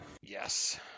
Yes